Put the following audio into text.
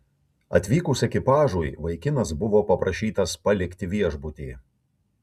atvykus ekipažui vaikinas buvo paprašytas palikti viešbutį